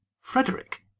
Frederick